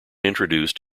introduced